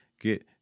Get